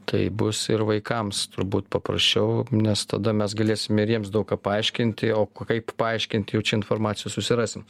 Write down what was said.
tai bus ir vaikams turbūt paprasčiau nes tada mes galėsime ir jiems daug ką paaiškinti o kaip paaiškinti jau čia informacijos susirasim